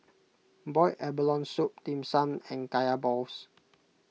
Boiled Abalone Soup Dim Sum and Kaya Balls